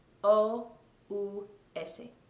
O-U-S